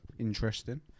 Interesting